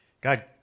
God